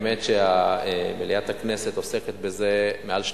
האמת שמליאת הכנסת עוסקת בזה מעל שנתיים,